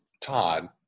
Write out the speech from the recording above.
Todd